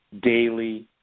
daily